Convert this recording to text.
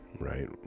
right